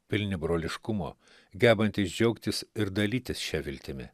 pilni broliškumo gebantys džiaugtis ir dalytis šia viltimi